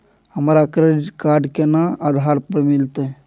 हमरा credit card केना आधार पर मिलते?